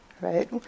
right